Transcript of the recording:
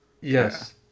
Yes